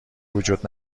وجود